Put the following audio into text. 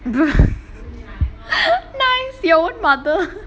nice your own mother